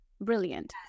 Brilliant